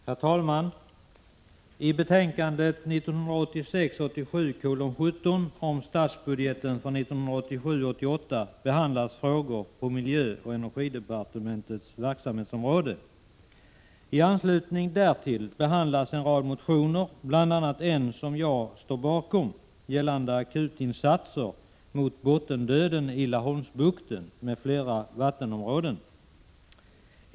Herr talman! I jordbruksutskottets betänkande 1986 88 behandlas frågor inom miljöoch energidepartementets verksamhetsområde. I anslutning därtill behandlas en rad motioner, bl.a. en som jag står bakom gällande akutinsatser mot bottendöden i Laholmsbukten med flera vattenområden.